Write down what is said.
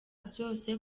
byose